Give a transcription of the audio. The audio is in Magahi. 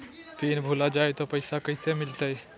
पिन भूला जाई तो पैसा कैसे मिलते?